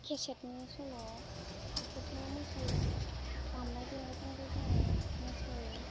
खेसेथनि सल' बेफोरजोंबो मोसायो दामनाय देनायजोंबो जोङो मोसायो